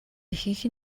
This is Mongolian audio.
ихэнх